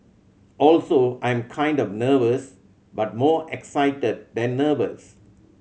also I'm kind of nervous but more excited than nervous